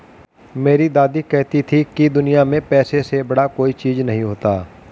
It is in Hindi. मेरी दादी कहती थी कि दुनिया में पैसे से बड़ा कोई चीज नहीं होता